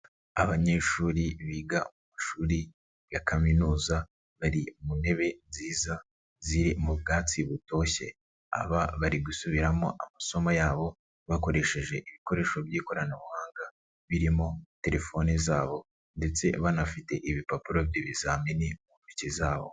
Abanyeshuri biga mu mashuri ya kaminuza bari mu ntebe nziza ziri mu bwatsi butoshye. Aba bari gusubiramo amasomo yabo bakoresheje ibikoresho by'ikoranabuhanga birimo telefoni zabo ndetse banafite ibipapuro by'ibizamini mu ntoki zabo.